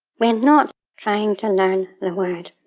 we're not trying to learn the word.